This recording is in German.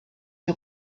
die